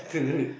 to